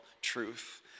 truth